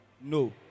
No